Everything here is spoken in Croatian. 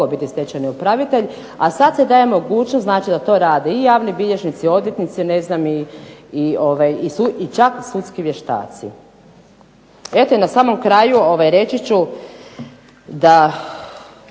biti stečajni upravitelj, a sad se daje mogućnost znači da to rade i javni bilježnici, odvjetnici, ne znam i čak sudski vještaci. Eto na samom kraju reći ću da